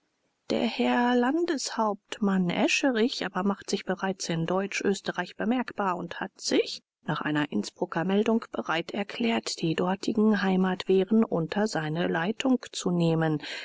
der herr landeshauptmann escherich aber macht sich bereits in deutsch-österreich bemerkbar und hat sich nach einer innsbrucker meldung bereit erklärt die dortigen heimatwehren unter seine leitung zu nehmen